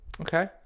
okay